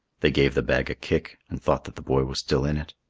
they gave the bag a kick and thought that the boy was still in it.